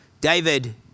David